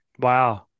Wow